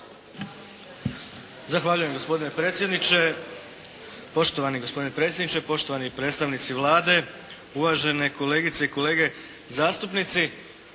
Zahvaljujem gospodine predsjedniče, poštovani gospodine predsjedniče, poštovani predstavnici Vlade, uvažene kolegice i kolege zastupnici.